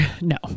No